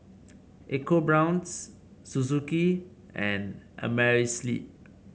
EcoBrown's Suzuki and Amerisleep